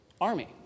army